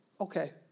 okay